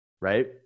Right